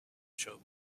show